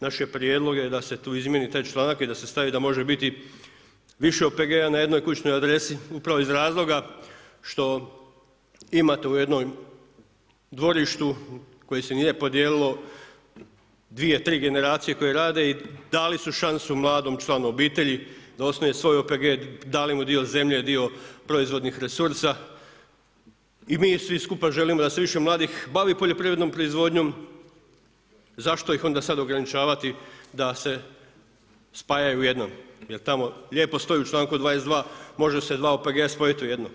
Naš je prijedlog da se tu izmjeni taj članak i da se stavi da može biti više OPG-a na jednoj kućnoj adresi upravo iz razloga što imate u jednom dvorištu koje se nije podijelilo 2, 3 generacije koje rade i dali su šansu mladom članu obitelji da osnuje svoj OPG, dali mu dio zemlje, dio proizvodnih resursa i mi smo skupa želimo da se više mladih bavi poljoprivrednom proizvodnjom, zašto ih onda sad ograničavati da se spajaju u jedno jer tamo lijepo stoji u članku 22. može se dva OPG-a spojiti u jedno.